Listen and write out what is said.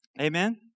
amen